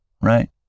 right